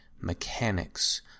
mechanics